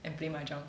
and play mahjong